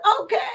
Okay